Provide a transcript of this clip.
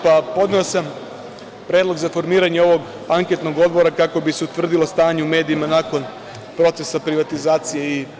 Podneo sam predlog za formiranje ovog anketnog odbora kako bi se utvrdilo stanje u medijima nakon procesa privatizacije.